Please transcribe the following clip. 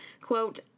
quote